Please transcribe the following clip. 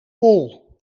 bol